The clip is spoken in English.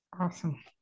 Awesome